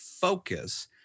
focus